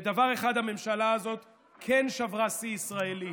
בדבר אחד הממשלה הזאת כן שברה שיא ישראלי: